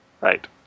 Right